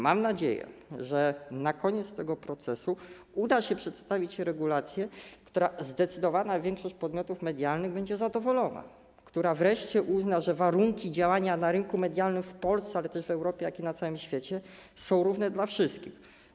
Mam nadzieję, że na koniec tego procesu uda się przedstawić regulację, z której zdecydowana większość podmiotów medialnych będzie zadowolona, która wreszcie uzna, że warunki działania na rynku medialnym w Polsce, ale też w Europie, jak również na całym świecie, są równe dla wszystkich.